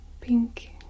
pink